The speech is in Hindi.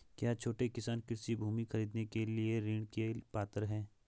क्या छोटे किसान कृषि भूमि खरीदने के लिए ऋण के पात्र हैं?